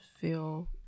feel